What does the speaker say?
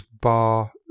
bar